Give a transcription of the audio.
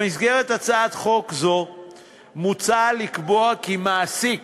במסגרת הצעת חוק זו מוצע לקבוע כי מעסיק